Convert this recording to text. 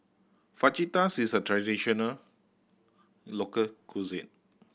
fajitas is a traditional local cuisine